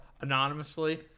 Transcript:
anonymously